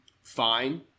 fine